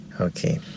Okay